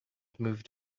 moved